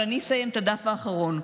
אבל אני אסיים את הדף האחרון.